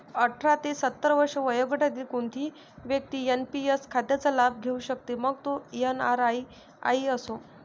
अठरा ते सत्तर वर्षे वयोगटातील कोणतीही व्यक्ती एन.पी.एस खात्याचा लाभ घेऊ शकते, मग तो एन.आर.आई असो